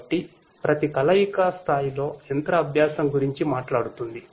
కాబట్టి ప్రతి కలఇక స్థాయిలో యంత్ర అభ్యాసం గురించి మాట్లాడుతుంది